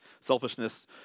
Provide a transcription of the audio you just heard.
Selfishness